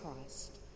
Christ